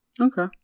Okay